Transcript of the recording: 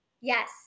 Yes